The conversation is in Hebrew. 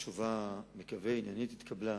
תשובה, אני מקווה עניינית, נתקבלה.